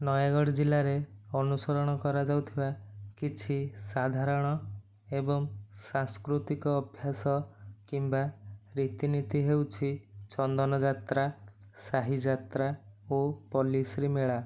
ନୟାଗଡ଼ ଜିଲ୍ଲାରେ ଅନୁସରଣ କରାଯାଉଥିବା କିଛି ସାଧାରଣ ଏବଂ ସାଂସ୍କୃତିକ ଅଭ୍ୟାସ କିମ୍ବା ରୀତିନୀତି ହେଉଛି ଚନ୍ଦନ ଯାତ୍ରା ସାହିଯାତ୍ରା ଓ ପଲ୍ଲିଶ୍ରୀ ମେଳା